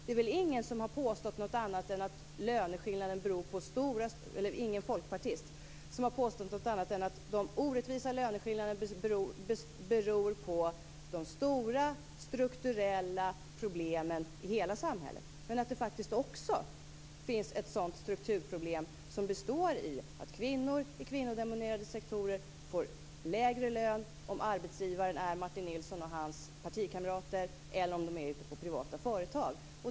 Det är väl ingen folkpartist som har påstått något annat än att de orättvisa löneskillnaderna beror på de stora strukturella problemen i hela samhället. Men det finns också ett strukturproblem som består i att kvinnor i kvinnodominerade sektorer får lägre lön om arbetsgivarna är Martin Nilsson och hans partikamrater än om de är privata företag.